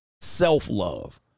self-love